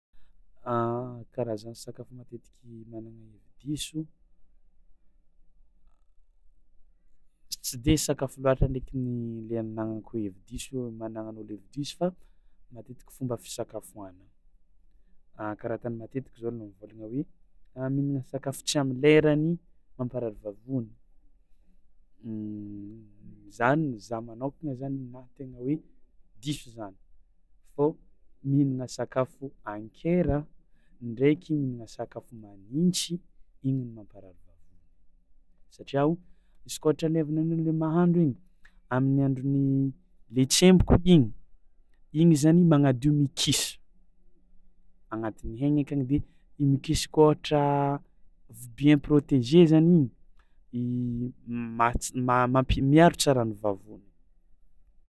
Karazany sakafo matetiky magnana hevidiso, tsy de sakafo loatra ndreky ny le agnanako hoe hevidiso na agnanan'olo hevidiso, matetiky fomba fisakafoagnana, kara ataony matetiky zao olo mivolagna hoe mihignana sakafo tsy amy lerany mamparary vavony, zany zah magnôkana zany ninah tegna hoe diso zany fô mihignana sakafo an-kera ndreky sakafo magnintsy igny no mamparary vavony, satria izy koa ohatra le voa hanigny amle mahandro igny amin'ny andron'ny tsemboko igny, igny zany magnadio mucus azgnatin'ny egny akagny de igny mucus koa ohatra bien protege zany igny ma- miaro tsara ny vavony.